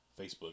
Facebook